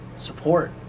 support